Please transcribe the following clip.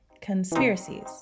conspiracies